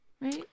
right